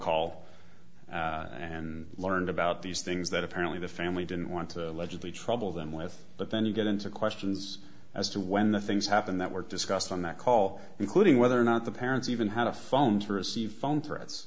call and learned about these things that apparently the family didn't want to legislate trouble them with but then we get into questions as to when the things happened that were discussed on that call including whether or not the parents even had a phone t